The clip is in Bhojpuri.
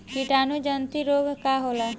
कीटाणु जनित रोग का होला?